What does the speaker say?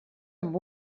amb